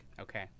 Okay